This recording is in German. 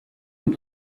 und